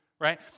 right